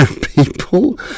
People